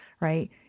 Right